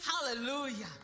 Hallelujah